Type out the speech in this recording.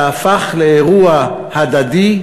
שהפך לאירוע הדדי,